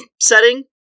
setting